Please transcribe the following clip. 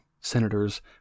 Senators